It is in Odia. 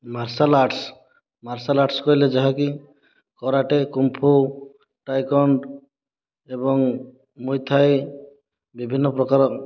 ମାର୍ଶାଲ ଆର୍ଟସ୍ ମାର୍ଶାଲ ଆର୍ଟସ୍ କହିଲେ ଯାହାକି କରାଟେ କୁମ୍ଫୁ ଟାଇକଣ୍ଡ ଏବଂ ମୁଥାଏ ବିଭିନ୍ନପ୍ରକାର